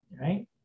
right